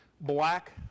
black